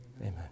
Amen